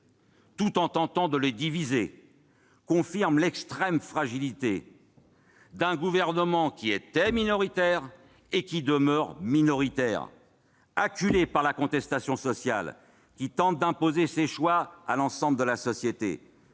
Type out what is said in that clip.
tout en tentant de les diviser, confirment l'extrême fragilité d'un gouvernement qui demeure minoritaire, acculé par la contestation sociale, et qui tente d'imposer ses choix à l'ensemble de la société.